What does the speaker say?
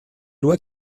loi